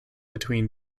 between